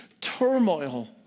Turmoil